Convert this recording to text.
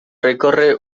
recorre